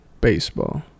baseball